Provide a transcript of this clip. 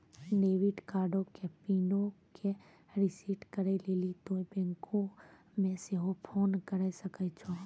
debit कार्डो के पिनो के रिसेट करै लेली तोंय बैंको मे सेहो फोन करे सकै छो